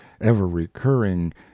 ever-recurring